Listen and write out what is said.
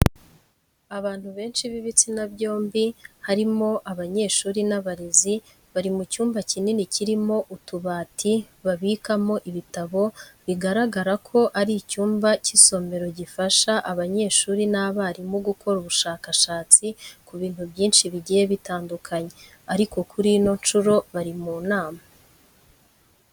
Abantu benshi b'ibitsina byombi harimo abanyeshuri n'abarezi, bari mu cyumba kinini kirimo utubati babikamo ibitabo. Bigaragara ko ari icyumba cy'isomero gifasha abanyeshuri n'abarimu gukora ubushakashatsi ku bintu byinshi bigiye bitandukanye, ariko kuri ino nshuro bari mu nama.